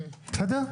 בסדר?